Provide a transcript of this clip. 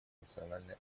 национальной